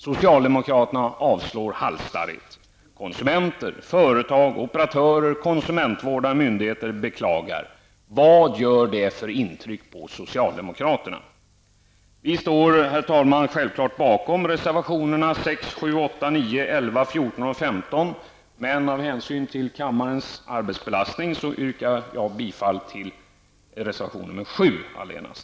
Socialdemokraterna avstyrker halsstarrigt detta. Konsumenter, företag, operatörer och konkurrensvårdande myndigheter beklagar. Vad gör det för intryck på socialdemokraterna? Vi står, herr talman, självklart bakom reservationerna 6, 7, 8, 9, 11, 14 och 15. Men av hänsyn till kammarens arbetsbelastning yrkar jag bifall till reservation 7 allenast.